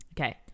Okay